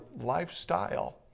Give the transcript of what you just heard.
lifestyle